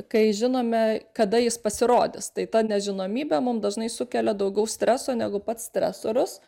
kai žinome kada jis pasirodys tai ta nežinomybė mum dažnai sukelia daugiau streso negu pats stresorius